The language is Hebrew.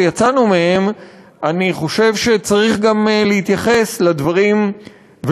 אני חושב שצריך גם להתייחס לדברים,